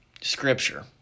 Scripture